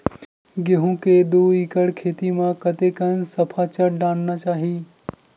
गेहूं के दू एकड़ खेती म कतेकन सफाचट डालना चाहि?